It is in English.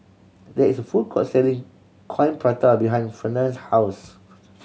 there is a food court selling Coin Prata behind Fernand's house